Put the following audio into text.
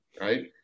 right